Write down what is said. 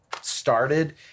started